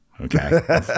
Okay